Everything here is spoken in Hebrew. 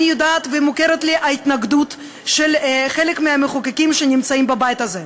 אני יודעת ומוכרת לי ההתנגדות של חלק מהמחוקקים שנמצאים בבית הזה.